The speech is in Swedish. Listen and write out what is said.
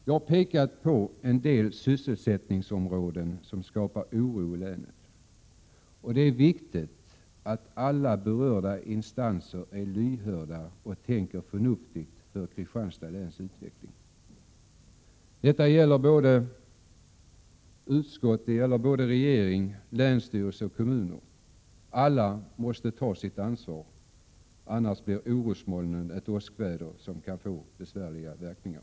Jag har pekat på en del sysselsättningsområden som skapar oro i länet. Det är viktigt att alla berörda instanser är lyhörda och tänker förnuftigt beträffande Kristianstads läns utveckling. Detta gäller utskott, regering, länsstyrelse, kommuner. Alla måste ta sitt ansvar annars blir orosmolnen ett åskväder som kan få besvärliga verkningar.